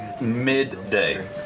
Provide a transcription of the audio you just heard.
midday